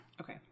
Okay